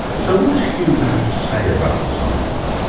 so what does hume have to say about this argument?